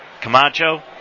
Camacho